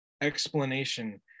explanation